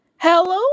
hello